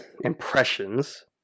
impressions